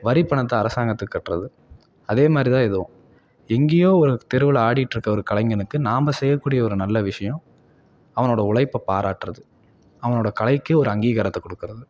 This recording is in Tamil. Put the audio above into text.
வரி பணத்தை அரசாங்கத்துக்கு கட்டுறது அதே மாதிரி தான் இதுவும் எங்கேயோ ஒரு தெருவில் ஆடிட்டிருக்க ஒரு கலைஞனுக்கு நாம்ம செய்யக்கூடிய ஒரு நல்ல விஷயம் அவனோடய உழைப்பை பாராட்டுறது அவனோடய கலைக்கு ஒரு அங்கீகாரத்தை கொடுக்கறது